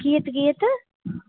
कीयत् कीयत्